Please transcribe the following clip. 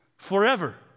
forever